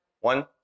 One